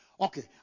Okay